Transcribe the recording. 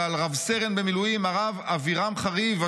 ועל רב-סרן במיל' הרב אבירם חריב,